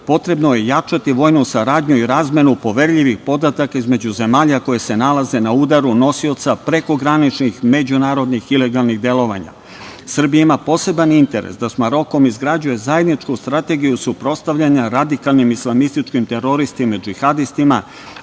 potrebno je jačati vojnu saradnju i razmenu poverljivih podataka između zemalja koje se nalaze na udaru nosioca prekograničnih međunarodnih ilegalnih delovanja. Srbija ima poseban interes da sa Marokom izgrađuje zajedničku strategiju suprotstavljanja radikalnim islamističkim teroristima i džihadistima